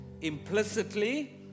implicitly